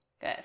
Good